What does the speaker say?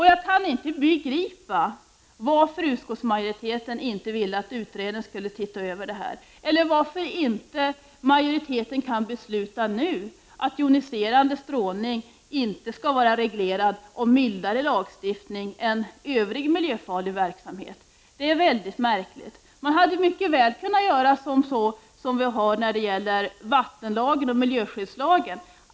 Jag kan inte begripa varför utskottsmajoriteten inte vill uttala att utredningen på området bör få se över lagstiftningen i detta avseende eller varför utskottsmajoriteten inte nu kan uttala att joniserande strålning inte skall vara reglerad av mildare lagstiftning än vad som gäller för övrig miljöfarlig verksamhet. Det är mycket märkligt. Man hade mycket väl kunnat göra på samma sätt som när det gäller vattenlagen och miljöskyddslagen.